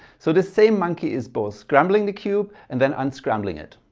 so the same monkey is both scrambling the cube and then unscrambling it.